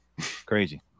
Crazy